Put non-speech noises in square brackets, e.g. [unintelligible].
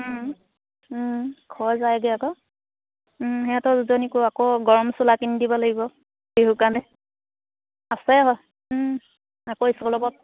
ক্ষয় যায়গে আকৌ সিহঁতৰ দুজনীকো আকৌ গৰম চোলা কিনি দিব লাগিব বিহুৰ কাৰণে আছে আকৌ আকৌ স্কুল [unintelligible] [unintelligible]